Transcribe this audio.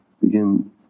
begin